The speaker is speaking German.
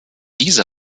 diese